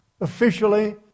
officially